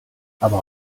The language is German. aber